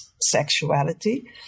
sexuality